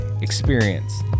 experience